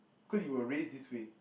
cause you were raised this way